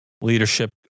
leadership